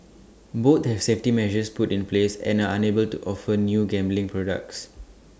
both have safety measures put in place and are unable to offer new gambling products